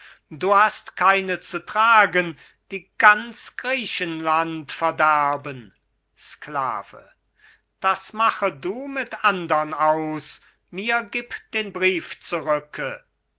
du hast keine zu tragen die ganz griechenland verderben sklave das mache du mit andern aus mir gib den brief zurücke